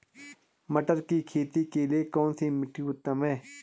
मटर की खेती के लिए कौन सी मिट्टी उत्तम है?